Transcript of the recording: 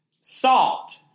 salt